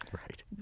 Right